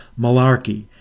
malarkey